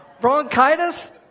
Bronchitis